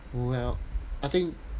well I think